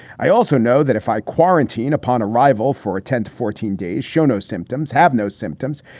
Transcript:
i also know that if i quarantine upon arrival for a ten to fourteen days show, no symptoms have no symptoms.